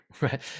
right